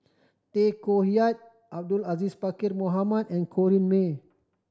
Tay Koh Yat Abdul Aziz Pakkeer Mohamed and Corrinne May